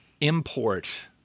import –